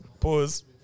Pause